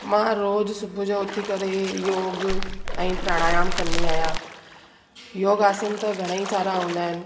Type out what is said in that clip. मां रोज सुबुहु जो उथी करे योग ऐं प्राणायाम कंदी आहियां योग आसन त घणा ई सारा हूंदा आहिनि